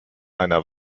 einer